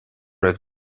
raibh